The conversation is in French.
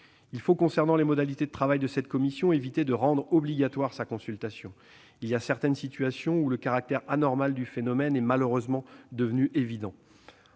avancée. Concernant les modalités de travail de cette commission, il faut éviter de rendre obligatoire sa consultation. Dans certaines situations, le caractère anormal du phénomène est malheureusement devenu évident.